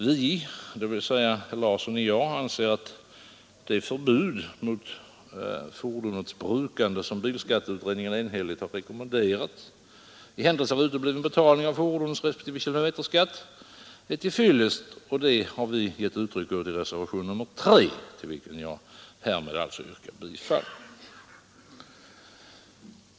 Vi, dvs. herr Larsson i Umeå och jag, anser att det förbud mot fordonets brukande som bilskatteutredningen enhälligt har rekommenderat i händelse av utebliven betalning av fordonsrespektive kilometerskatt är till fyllest, och det har vi givit uttryck åt i reservationen 3, till vilken jag alltså yrkar bifall.